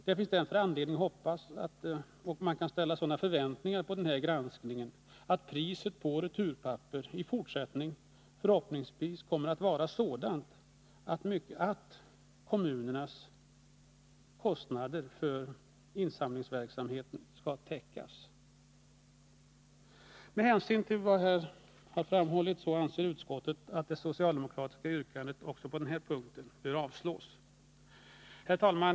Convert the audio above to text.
Det finns därför anledning att ställa sådana förväntningar på denna granskning att priset på returpapper i fortsättningen förhoppningsvis kommer att vara sådant att kommunernas kostnader för insamlingsverksamheten skall täckas. Med hänsyn till vad som här framhållits anser utskottet att det socialdemokratiska yrkandet också på denna punkt bör avslås. Herr talman!